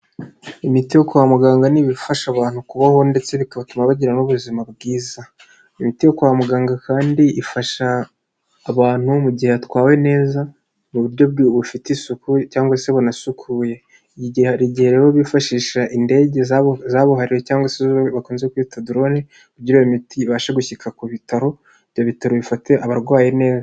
Imiti yo kwa muganga ni ibifasha abantu kubaho ndetse bigatuma bagiramo n'ubuzima bwiza, imiti yo kwa muganga kandi ifasha abantu mu gihe atwawe neza mu buryo bufite isuku cyangwa se bunasukuye, igihe rero bifashisha indege zabuhariwe cyangwa se izo bakunze kwita doroni kugira iyo imiti ibashe gushyika ku bitaro, ibyo bitaro bifate abarwayi neza.